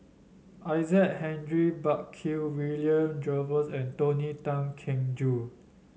Isaac Henry Burkill William Jervois and Tony Tan Keng Joo